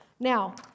Now